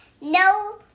no